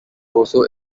also